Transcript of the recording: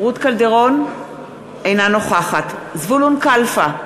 אינה נוכחת זבולון קלפה,